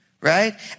right